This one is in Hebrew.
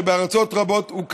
שקיים בארצות רבות.